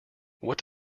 what